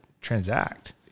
transact